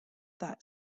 that